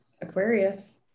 Aquarius